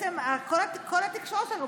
בעצם כל התקשורת שלנו,